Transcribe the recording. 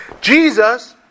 Jesus